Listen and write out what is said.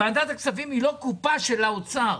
ועדת הכספים היא לא קופה של האוצר,